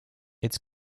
its